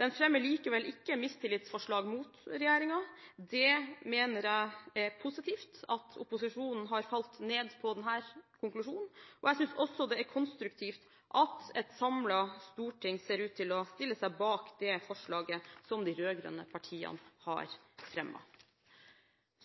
Den fremmer likevel ikke mistillitsforslag mot regjeringen. Jeg mener det er positivt at opposisjonen har falt ned på denne konklusjonen. Jeg synes også det er konstruktivt at et samlet storting ser ut til å stille seg bak det forslaget som de rød-grønne partiene har fremmet.